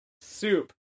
Soup